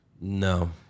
no